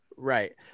Right